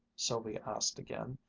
sylvia asked again,